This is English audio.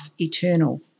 eternal